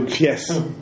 yes